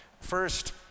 first